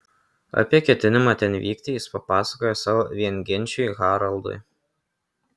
apie ketinimą ten vykti jis papasakojo savo viengenčiui haraldui